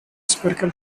spherical